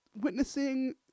witnessing